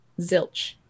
Zilch